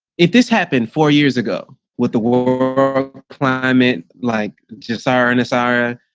if this happened four years ago with the war climate like siren asara,